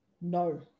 No